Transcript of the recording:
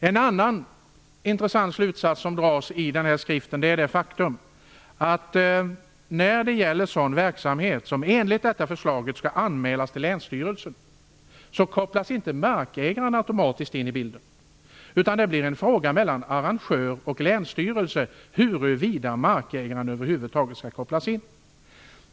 En annan intressant slutsats som dras i skriften är att markägaren inte automatiskt skall tas in i bilden när det gäller sådan verksamhet som enligt detta förslag skall anmälas till länsstyrelsen. Huruvida markägaren över huvud taget skall kopplas in blir en fråga för arrangör och länsstyrelse.